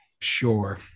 sure